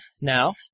now